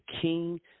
King